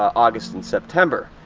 august and september.